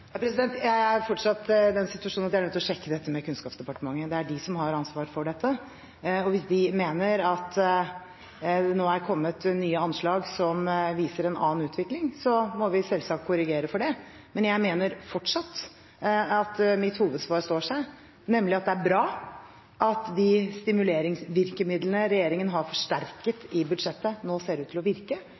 Jeg er fortsatt i den situasjon at jeg er nødt til å sjekke dette med Kunnskapsdepartementet. Det er de som har ansvar for dette. Hvis de mener at det nå er kommet nye anslag som viser en annen utvikling, må vi selvsagt korrigere for det. Men jeg mener fortsatt at mitt hovedsvar står seg, nemlig at det er bra at de stimuleringsvirkemidlene regjeringen har forsterket i budsjettet, nå ser ut til å virke,